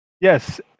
Yes